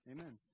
Amen